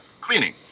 cleaning